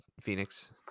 Phoenix